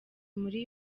muri